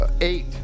Eight